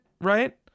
right